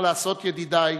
מה לעשות, ידידי,